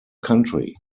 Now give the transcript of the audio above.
country